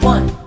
One